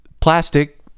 plastic